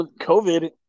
COVID